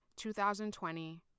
2020